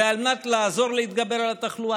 זה על מנת לעזור להתגבר על התחלואה.